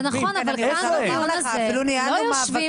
זה נכון אבל כאן בדיון הזה לא יושבים סביב השולחן הזה --- הוא אמר לך,